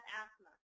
asthma